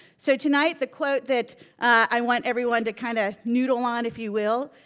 so tonight the quote that i want everyone to kind of noodle on, if you will,